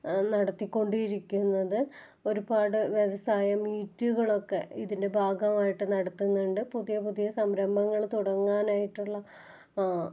നടത്തികൊണ്ടിരിക്കുന്നത് ഒരുപാട് വ്യവസായ മീറ്റുകളൊക്കെ ഇതിന്റെ ഭാഗമായിട്ട് നടത്തുന്ന്ണ്ട് പുതിയ പുതിയ സംരംഭങ്ങൾ തുടങ്ങാനായിട്ടുള്ള